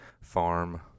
farm